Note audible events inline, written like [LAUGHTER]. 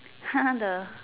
[LAUGHS] the